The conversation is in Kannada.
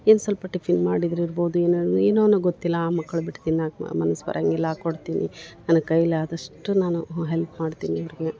ಏನು ಸ್ವಲ್ಪ ಟಿಫಿನ್ ಮಾಡಿದ್ರ ಇರ್ಬೋದು ಏನು ಏನೋನೊ ಗೊತ್ತಿಲ್ಲ ಆ ಮಕ್ಳು ಬಿಟ್ಟು ತಿನ್ನಾಕ ಮನಸು ಬರಂಗಿಲ್ಲ ಹಾಕೊಡ್ತಿನಿ ನನ್ನ ಕೈಲಿ ಆದಷ್ಟು ನಾನು ಹೆಲ್ಪ್ ಮಾಡ್ತೀನಿ ಇವ್ರ್ಗೆ